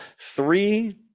three